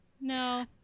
No